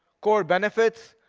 core benefits.